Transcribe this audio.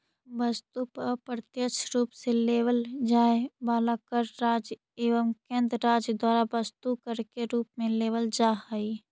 वस्तु पर अप्रत्यक्ष रूप से लेवल जाए वाला कर राज्य एवं केंद्र सरकार द्वारा वस्तु कर के रूप में लेवल जा हई